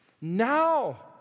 now